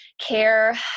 care